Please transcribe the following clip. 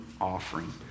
offering